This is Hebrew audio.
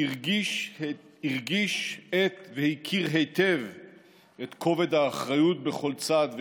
הרגיש והכיר היטב את כובד האחריות על כל צעד ושעל.